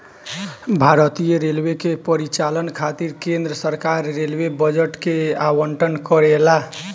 भारतीय रेलवे के परिचालन खातिर केंद्र सरकार रेलवे बजट के आवंटन करेला